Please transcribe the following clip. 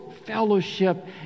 fellowship